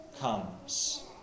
comes